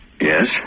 Yes